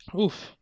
Oof